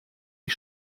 ich